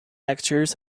actors